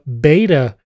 beta